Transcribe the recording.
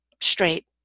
straight